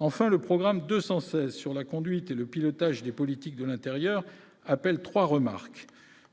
enfin le programme 216 sur la conduite et le pilotage des politiques de l'Intérieur appelle 3 remarques :